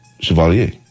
Chevalier